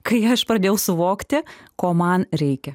kai aš pradėjau suvokti ko man reikia